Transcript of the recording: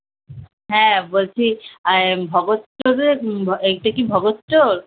হ্যাঁ বলছি ভগত স্টোরে এইটা কি ভগত স্টোর